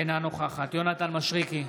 אינה נוכחת יונתן מישרקי,